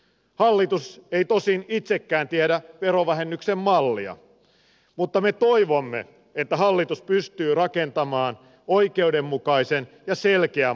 hallitus ei tosin itsekään tiedä verovähennyksen mallia mutta me toivomme että hallitus pystyy rakentamaan oikeudenmukaisen ja selkeän mallin